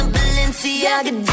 Balenciaga